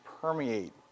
permeate